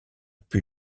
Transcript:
pût